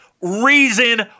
reason